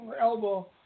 elbow